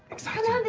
exciting.